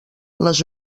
les